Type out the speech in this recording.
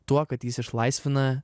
tuo kad jis išlaisvina